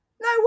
No